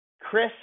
Chris